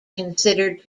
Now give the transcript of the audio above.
considered